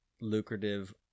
lucrative